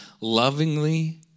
lovingly